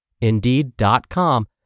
Indeed.com